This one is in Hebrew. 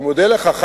אני מודה לך,